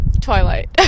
Twilight